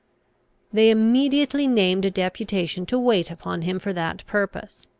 they immediately named a deputation to wait upon him for that purpose.